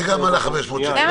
זה גם על ה-500 שקל.